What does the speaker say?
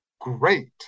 great